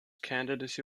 candidacy